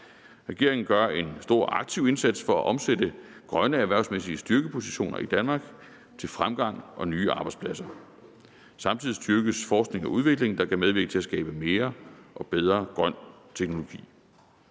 Regeringen gør en stor og aktiv indsats for at omsætte grønne erhvervsmæssige styrkepositioner i Danmark til fremgang og nye arbejdspladser. Samtidig styrkes forskning og udvikling, der kan medvirke til at skabe mere og bedre grøn teknologi.